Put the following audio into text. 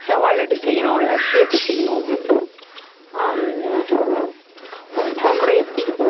ரவா லட்டு செய்யணும் லட்டு எப்படி செய்யணும் உப்மா கூட எப்படி